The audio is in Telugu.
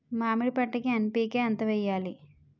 మామిడి పంటకి ఎన్.పీ.కే ఎంత వెయ్యాలి?